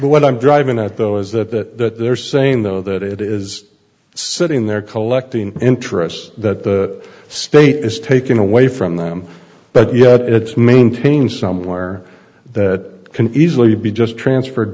what i'm driving at though is that they're saying though that it is sitting there collecting interest that the state is taking away from them but yet it's maintaining somewhere that can easily be just transferred